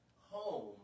home